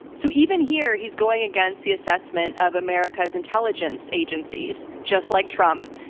so even here, he's going against the assessment of america's intelligence agencies just like trump,